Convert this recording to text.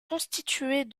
constituées